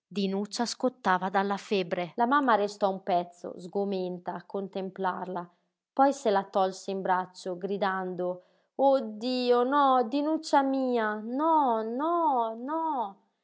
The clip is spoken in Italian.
sera dinuccia scottava dalla febbre la mamma restò un pezzo sgomenta a contemplarla poi se la tolse in braccio gridando oh dio no dinuccia mia no no no